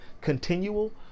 Continual